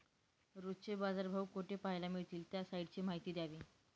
रोजचे बाजारभाव कोठे पहायला मिळतील? त्या साईटची माहिती द्यावी